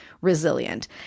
resilient